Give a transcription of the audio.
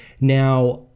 Now